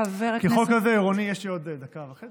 ואיך זה שחוק עזר